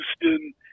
Houston